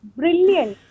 brilliant